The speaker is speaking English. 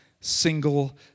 single